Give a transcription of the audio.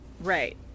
Right